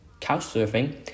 couchsurfing